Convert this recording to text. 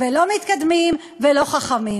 לא מתקדמים ולא חכמים.